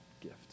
gift